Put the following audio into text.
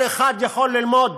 כל אחד יכול ללמוד.